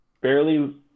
barely